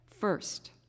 First